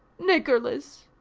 niggerless,